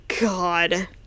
God